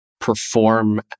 perform